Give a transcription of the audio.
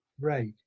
Right